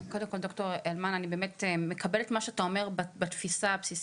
ד"ר הלמן אני באמת מקבלת מה שאתה אומר בתפיסה הבסיסית,